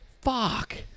Fuck